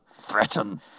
Threaten